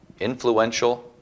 influential